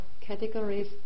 categories